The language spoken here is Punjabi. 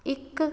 ਇੱਕ